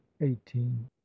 eighteen